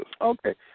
Okay